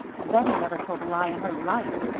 bettie never told a lie in her life,